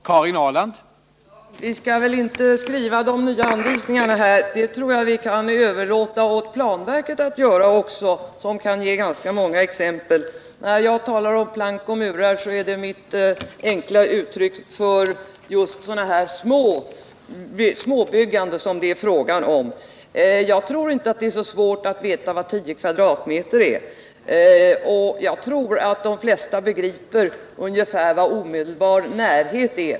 Herr talman! Vi skall väl inte skriva de nya anvisningarna här — det tror jag vi kan överlåta åt planverket, som också kan anföra rätt många exempel. Närjag talar om plank och murar, så är det mitt enkla uttryck för just sådant här småbyggande som det är fråga om. Jag tror inte att det är så svårt att veta vad 10 m? är, och jag tror att de allra flesta begriper ungefär vad ”omedelbar närhet” är.